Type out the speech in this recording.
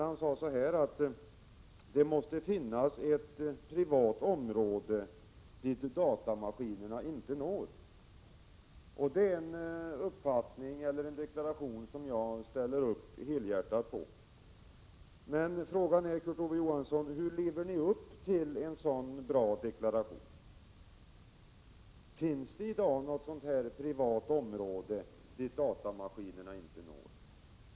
Han sade att det måste finnas ett privat område, dit datamaskinerna inte når. Det är en deklaration som jag helhjärtat ställer upp för. Men, Kurt Ove Johansson, frågan är: Hur lever ni egentligen upp till den deklarationen? Finns det i dag något sådant privat område, dit datamaskinerna inte når?